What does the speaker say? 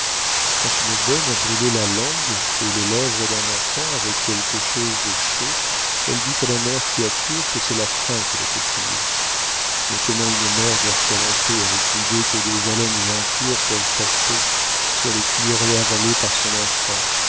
quand une bonne a brûlé la langue et les lèvres d'un enfant avec quelque chose de chaud elle dit à la mère qui accourt que c'est la faim qui le fait crier mais comment une mère dort elle en paix avec l'idée que des haleines impures peuvent passer sur les cuillerées avalées par son enfant